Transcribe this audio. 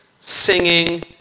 singing